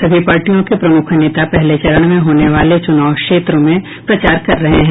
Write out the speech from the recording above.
सभी पार्टियों के प्रमुख नेता पहले चरण में होने वाले चुनाव क्षेत्रों में प्रचार कर रहे हैं